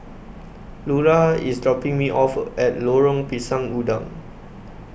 Lular IS dropping Me off At Lorong Pisang Udang